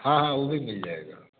हाँ हाँ वह भी मिल जाएगा